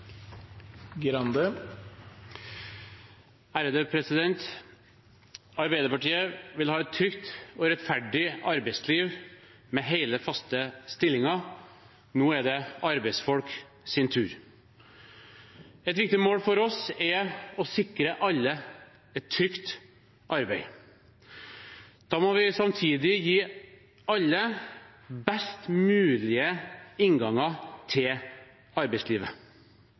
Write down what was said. det arbeidsfolks tur. Et viktig mål for oss er å sikre alle et trygt arbeid. Da må vi samtidig gi alle best mulige innganger til arbeidslivet.